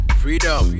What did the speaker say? freedom